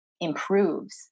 improves